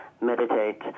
meditate